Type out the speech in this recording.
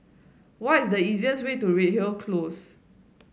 what is the easiest way to Redhill Close